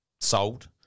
sold